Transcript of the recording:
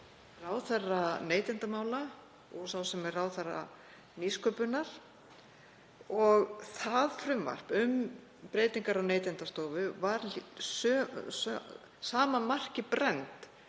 ráðherra neytendamála og ráðherra nýsköpunar og það frumvarp um breytingar á Neytendastofu er sama marki brennt